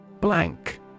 Blank